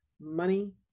money